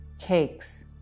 cakes